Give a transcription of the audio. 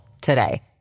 today